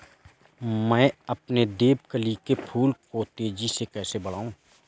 मैं अपने देवकली के फूल को तेजी से कैसे बढाऊं?